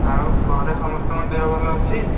ଆଉ ଘରେ ସମସ୍ତଙ୍କ ଦେହ ଭଲ ଅଛି